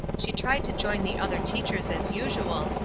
she tried to join the other teachers as usual,